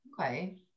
okay